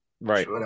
Right